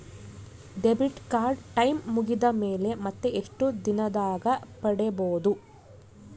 Debit card time ಮುಗಿದ ಮೇಲೆ ಮತ್ತೆ ಎಷ್ಟು ದಿನದಾಗ ಪಡೇಬೋದು?